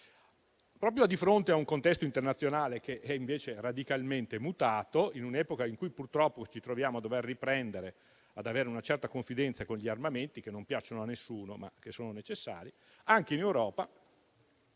Proprio di fronte a un contesto internazionale che è invece radicalmente mutato, in un'epoca in cui purtroppo ci troviamo a dover riprendere una certa confidenza con gli armamenti, che non piacciono a nessuno, ma che sono necessari anche in Europa,